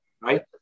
right